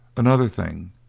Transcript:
another thing,